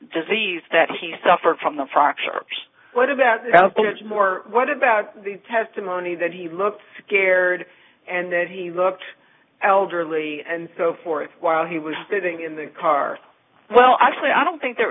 disease that he suffered from the fractures what about more what about the testimony that he looked scared and then he looked elderly and so forth while he was sitting in the car well actually i don't think there